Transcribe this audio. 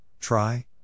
try